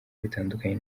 bitandukanye